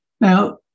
Now